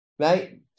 right